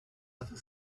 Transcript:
other